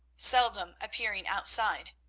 seldom appearing outside.